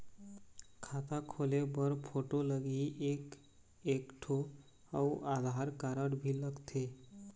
खाता खोले बर फोटो लगही एक एक ठो अउ आधार कारड भी लगथे?